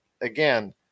again